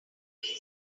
behind